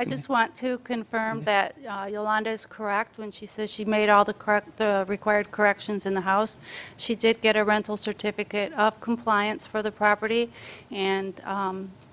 i just want to confirm that your laundry is correct when she says she made all the current required corrections in the house she did get a rental certificate of compliance for the property and